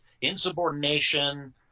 insubordination